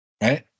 right